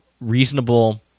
reasonable